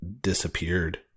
disappeared